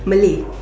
Malay